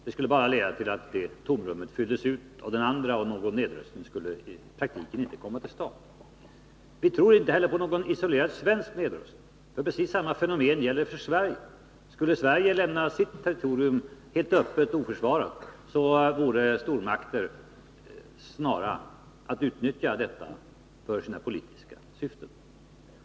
Det skulle bara leda till att tomrummet fylldes ut av den andra, och någon nedrustning skulle i praktiken inte komma till stånd. Vi tror inte heller på någon ensidig svensk nedrustning. Precis samma fenomen gäller nämligen för Sverige. Skulle Sverige lämna sitt territorium öppet och oförsvarat vore stormakter snara att utnyttja detta för sina politiska syften.